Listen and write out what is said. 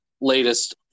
latest